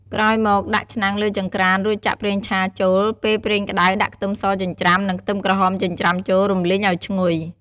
ក្រោយមក ដាក់ឆ្នាំងលើចង្ក្រាន រួចចាក់ប្រេងឆាចូល ពេលប្រេងក្ដៅ ដាក់ខ្ទឹមសចិញ្ច្រាំ និងខ្ទឹមក្រហមចិញ្ច្រាំចូល រំលីងឲ្យឈ្ងុយ។